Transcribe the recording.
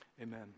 amen